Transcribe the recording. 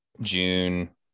June